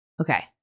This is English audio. Okay